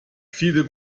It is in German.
viele